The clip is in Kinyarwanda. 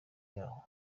yahoo